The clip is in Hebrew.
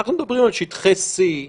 אנחנו מדברים על שטחי C,